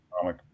comic